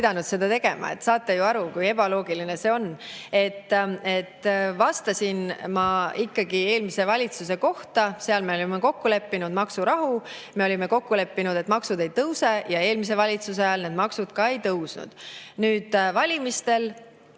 pidanud seda tegema. Te saate ju aru, kui ebaloogiline see on. Vastasin ma ikkagi eelmise valitsuse kohta, seal me olime kokku leppinud maksurahu, me olime kokku leppinud, et maksud ei tõuse, ja eelmise valitsuse ajal maksud ka ei tõusnud. Me kõik